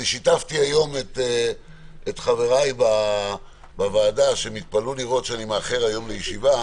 שיתפתי היום את חבריי בוועדה שהתפלאו לראות שאני מאחר היום לישיבה